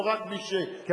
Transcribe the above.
לא רק מי שפוגע בהם.